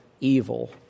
evil